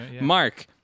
Mark